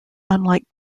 unlike